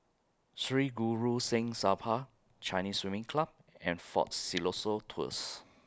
Sri Guru Singh Sabha Chinese Swimming Club and Fort Siloso Tours